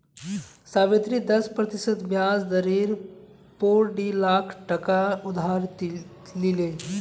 सावित्री दस प्रतिशत ब्याज दरेर पोर डी लाख टका उधार लिले